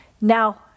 now